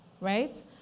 right